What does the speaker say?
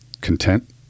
content